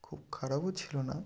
খুব খারাপও ছিলো না